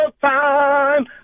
time